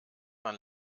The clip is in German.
man